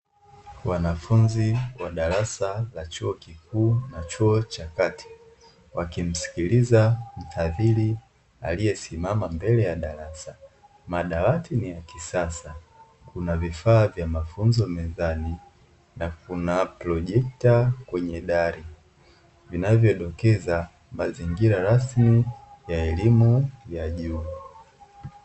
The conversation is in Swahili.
Wanafunzi wa darasa la chuo kikuu na chuo cha kati wakimsikiliza mhadhiri aliyesimama mbele ya darasa, madawati ni ya kisasa, kuna vifaa vya mafunzo mezani na kuna projekta kwenye dari; vinavyodokeza mazingira rasmi ya elimu ya juu.